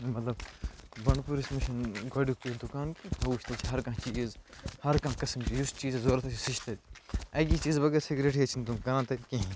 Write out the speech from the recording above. یہِ مطلب بَنڈپوٗرِس منٛز چھُ یہِ گۄڈنیٛکُے دُکان کہِ مےٚ وُچھ تَتہِ ہر کانٛہہ چیٖز ہر کانٛہہ قٕسم چھُ یُس چیٖز ژےٚ ضروٗرت آسی سُہ چھُ تَتہِ أکے چیٖزٕ بغٲر سِگریٹ یٲتۍ چھِنہٕ تِم کٕنان تَتہِ کیٚنٛہہ